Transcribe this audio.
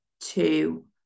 two